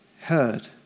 heard